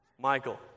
Michael